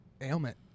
ailment